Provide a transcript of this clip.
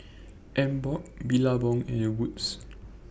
Emborg Billabong and Wood's